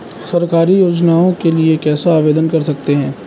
सरकारी योजनाओं के लिए कैसे आवेदन कर सकते हैं?